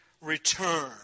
return